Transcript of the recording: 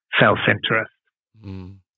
self-interest